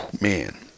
Man